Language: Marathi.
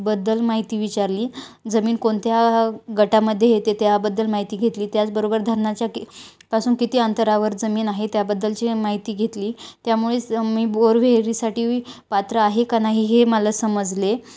बद्दल माहिती विचारली जमीन कोणत्या गटामध्ये येते त्याबद्दल माहिती घेतली त्याचबरोबर धरणाच्या की पासून किती अंतरावर जमीन आहे त्याबद्दलची पण माहिती घेतली त्यामुळेच मी बोरविहिरीसाठी मी पात्र आहे का नाही हे मला समजले